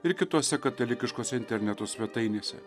ir kitose katalikiškose interneto svetainėse